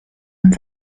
und